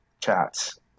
chats